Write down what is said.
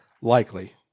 Likely